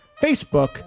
Facebook